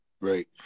Right